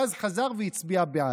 ואז חזר והצביע בעד.